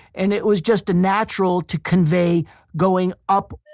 and it was just natural to convey going up